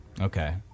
Okay